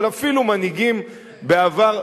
אבל אפילו מנהיגים בעבר,